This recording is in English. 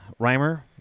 Reimer